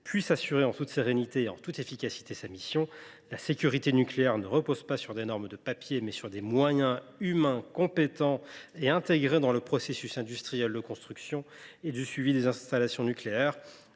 sa mission en toute sérénité et en toute efficacité. La sécurité nucléaire ne repose pas sur des normes de papier, mais sur des moyens humains, des agents compétents et intégrés dans le processus industriel de construction et de suivi des installations nucléaires.